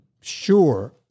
sure